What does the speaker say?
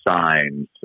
signs